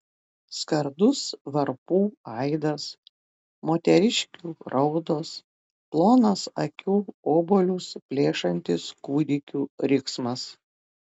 skardus varpų aidas moteriškių raudos plonas akių obuolius plėšiantis kūdikių riksmas